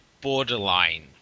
borderline